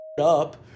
up